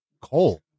Coal